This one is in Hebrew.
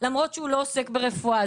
למרות שהוא לא עוסק ברפואה.